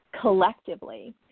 collectively